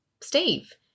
Steve